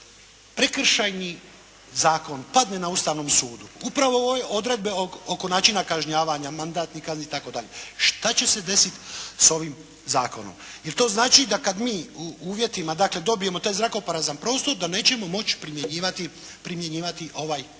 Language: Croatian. Prekršajni zakon padne na Ustavnom sudu upravo ove odredbe oko načina kažnjavanja …/Govornik se ne razumije./… itd. šta će se desiti sa ovim zakonom? Jer to znači da kad mi u uvjetima dakle dobijemo taj zrakoprazan prostor da nećemo moći primjenjivati ovaj zakon.